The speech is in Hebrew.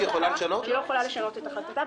שהיא לא יכולה לשנות את החלטתה.